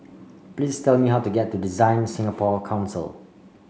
please tell me how to get to DesignSingapore Council